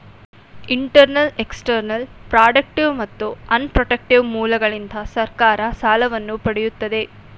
internal, external, productive ಮತ್ತು un protective ಮೂಲಗಳಿಂದ ಸರ್ಕಾರ ಸಾಲವನ್ನು ಪಡೆಯುತ್ತದೆ